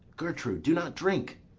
gertrude, do not drink.